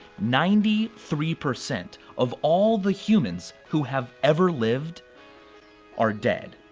ninety three percent of all the humans who have ever lived are dead.